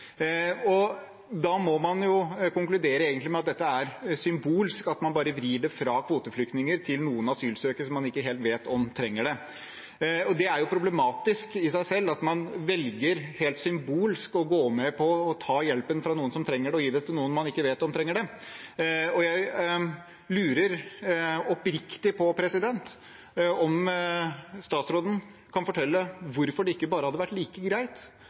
Da må man egentlig konkludere med at dette er symbolsk, at man bare vrir det fra kvoteflyktninger til noen asylsøkere som man ikke vet helt om trenger det. Det er problematisk i seg selv at man velger helt symbolsk å gå med på å ta hjelpen fra noen som trenger det, og gi det til noen man ikke vet om trenger det. Jeg lurer oppriktig på om statsråden kan fortelle hvorfor det ikke bare hadde vært like greit